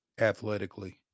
athletically